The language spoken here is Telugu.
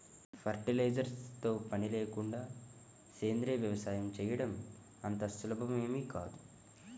ఫెర్టిలైజర్స్ తో పని లేకుండా సేంద్రీయ వ్యవసాయం చేయడం అంత సులభమేమీ కాదు